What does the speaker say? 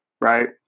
Right